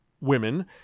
women